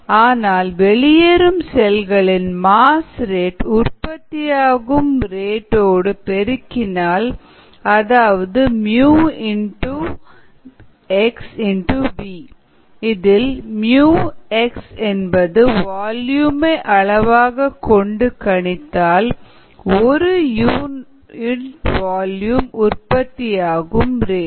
ஆனால் வெளியேறும் செல்களின் மாஸ் ரேட் உற்பத்தியாகும் ரேட் ஓடு பெருக்கினால் அதாவது 𝜇 xxV இதில் 𝜇 x என்பது வால்யுமை அளவாகக் கொண்டு கணித்தால் ஒரு யூனிட் வால்யூம் உற்பத்தியாகும் ரேட்